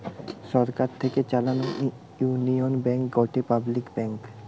সরকার থেকে চালানো Union Bank গটে পাবলিক ব্যাঙ্ক